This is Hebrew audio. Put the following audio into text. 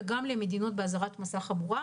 וגם למדינות באזהרת מסע חמורה,